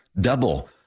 Double